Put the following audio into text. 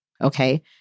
okay